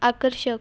आकर्षक